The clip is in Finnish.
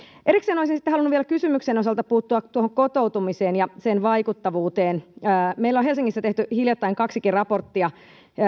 erikseen olisin sitten halunnut vielä kysymyksen osalta puuttua kotoutumiseen ja sen vaikuttavuuteen meillä on helsingissä tehty hiljattain kaksikin raporttia